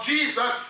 Jesus